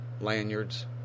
lanyards